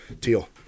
Teal